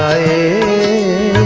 a